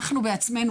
אנחנו בעצמנו,